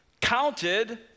counted